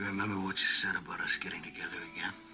said about us getting together again,